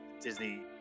Disney